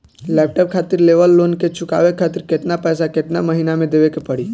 Laptop खातिर लेवल loan के चुकावे खातिर केतना पैसा केतना महिना मे देवे के पड़ी?